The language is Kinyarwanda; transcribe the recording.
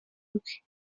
bwe